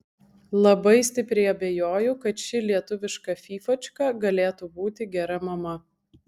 labai stipriai abejoju kad ši lietuviška fyfačka galėtų būti gera mama